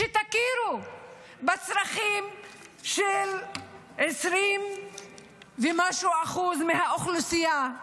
שתכירו בצרכים של 20% ומשהו מהאוכלוסייה.